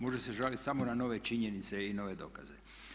Može se žaliti samo na nove činjenice i nove dokaze.